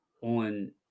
on